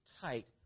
tight